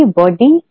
body